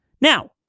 Now